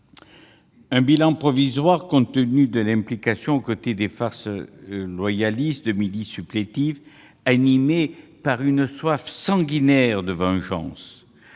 d'un bilan provisoire, compte tenu de l'implication, aux côtés des forces loyalistes, de milices supplétives animées par une soif sanguinaire de vengeance.